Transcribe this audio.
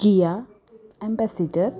Kia ambassador